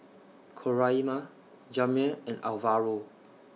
Coraima Jamir and Alvaro